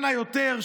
שנה יותר,